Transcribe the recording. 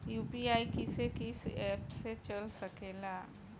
UPI किस्से कीस app से चल सकेला?